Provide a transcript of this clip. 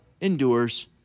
endures